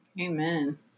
Amen